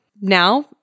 Now